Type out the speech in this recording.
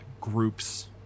groups